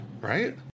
right